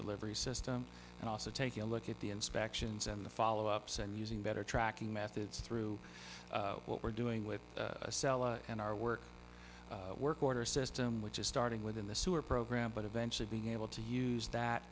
delivery system and also taking a look at the inspections and the follow ups and using better tracking methods through what we're doing with sela and our work work order system which is starting within the sewer program but eventually being able to use that